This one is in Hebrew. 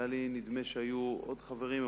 היה נדמה לי שהיו עוד חברים,